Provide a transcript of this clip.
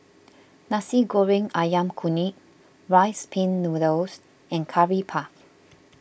Nasi Goreng Ayam Kunyit Rice Pin Noodles and Curry Puff